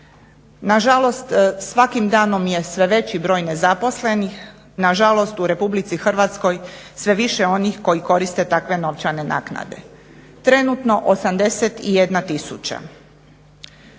Nažalost, svakim danom je sve veći broj nezaposlenih, nažalost u RH sve više je onih koji koriste takve novčane naknade. Trenutno 81 tisuća.